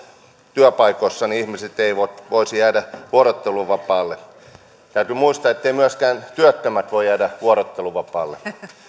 työpaikoissa ihmiset eivät voisi jäädä vuorotteluvapaalle täytyy muistaa etteivät myöskään työttömät voi jäädä vuorotteluvapaalle